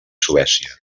suècia